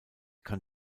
kann